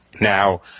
Now